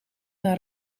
naar